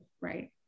right